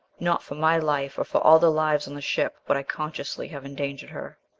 not for my life, or for all the lives on the ship, would i consciously have endangered her.